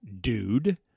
dude